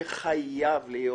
שחייב להיות